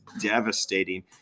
devastating